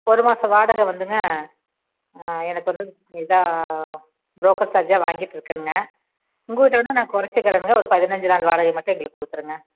ஒரு மாதம் வாடகை வந்துங்க எனக்கு வந்து இதாக ப்ரோக்கர் சார்ஜாக வாங்கிட்டிருக்கேனுங்க உங்க கிட்டயிருந்தும் நான் கொறச்சுக்கிறேனுங்க ஒரு பதினைஞ்சு நாள் வாடகை மட்டும் எங்களுக்கு கொடுத்துருங்க